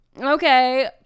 Okay